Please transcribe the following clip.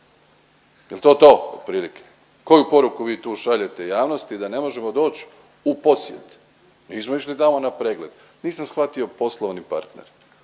Jel to to otprilike. Koju poruku vi tu šaljete javnosti, da ne možemo doć u posjed. Mi nismo išli tamo na pregled. Nisam shvatio poslovni partner.